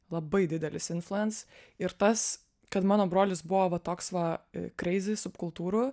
labai didelis inflans ir tas kad mano brolis buvo va toks va kreizi subkultūrų